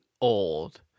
old